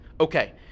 okay